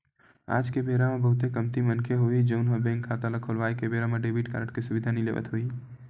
आज के बेरा म बहुते कमती मनखे होही जउन ह बेंक खाता खोलवाए के बेरा म डेबिट कारड के सुबिधा नइ लेवत होही